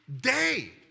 day